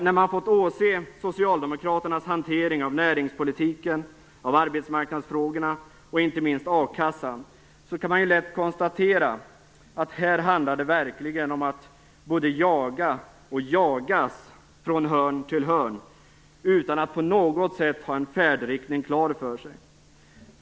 När man fått åse Socialdemokraternas hantering av näringspolitiken, arbetsmarknadsfrågorna och inte minst a-kassan kan man lätt konstatera att det här handlar om att både jaga och jagas från hörn till hörn utan att på något sätt ha en färdriktning klar för sig.